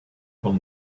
will